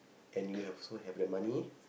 and you have also have the money